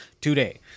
today